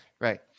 right